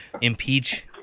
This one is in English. impeach